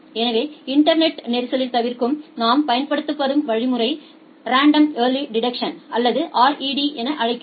எனவே இன்டர்நெட்டில் நெரிசலைத் தவிர்ப்பதற்கு நாம் பயன்படுத்தும் வழிமுறை ரெண்டோம் ஏர்லி டிடெக்ஷன் அல்லது ரெட் என அழைக்கிறோம்